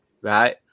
Right